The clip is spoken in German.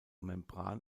membran